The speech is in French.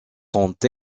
sont